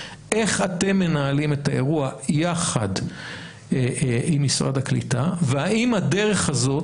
איך אתם מנהלים את האירוע יחד עם משרד הקליטה והאם הדרך הזאת,